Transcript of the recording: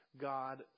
God